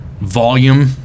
volume